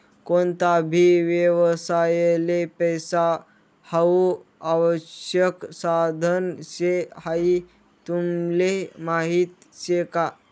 कोणता भी व्यवसायले पैसा हाऊ आवश्यक साधन शे हाई तुमले माहीत शे का?